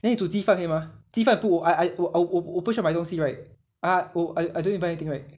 then you 煮鸡饭可以吗鸡饭不 I I 我 I 我不需要买东西 right ah oh I I don't have buy anything right